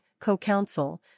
CoCounsel